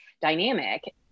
dynamic